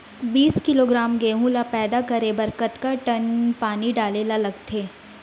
बीस किलोग्राम गेहूँ ल पैदा करे बर कतका टन पानी डाले ल लगथे?